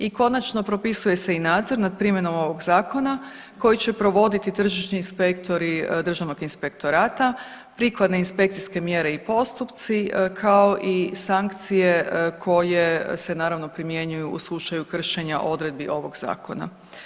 I konačno, propisuje se i nadzor nad primjenom ovog zakona koji će provoditi tržišni inspektori Državnog inspektorata, prikladne inspekcijske mjere i postupci kao i sankcije koje se naravno primjenjuju u slučaju kršenja odredbi ovog zakona.